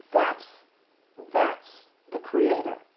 that's that's the creator,